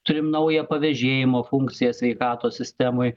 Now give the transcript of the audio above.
turim naują pavėžėjimo funkciją sveikatos sistemoj